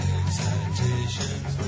excitations